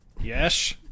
yes